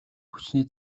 хүчний